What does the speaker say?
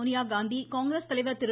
சோனியா காந்தி காங்கிரஸ் தலைவர் திரு